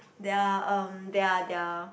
their um their their